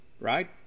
right